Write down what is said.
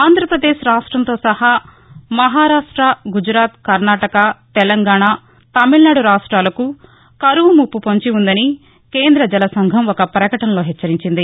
ఆంధ్రప్రదేశ్ రాష్ట్రంతో సహా మహారాష్ట గుజరాత్ కర్ణాటక తెలంగాణ తమిళనాడు రాష్టాలకు కరపు ముప్ను పొంచి ఉందని కేంద్ర జలసంఘం ఒక ప్రకటనలో హెచ్చరించింది